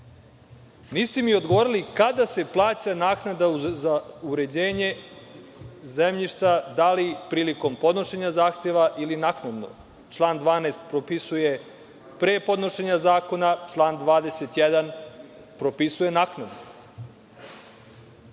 Niste mi odgovorili kada se plaća naknada za uređenje zemljišta, da li prilikom podnošenja zahteva ili naknadno? Član 12. propisuje pre podnošenja zahteva, član 21. propisuje naknadno. To